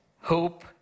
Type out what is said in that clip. Hope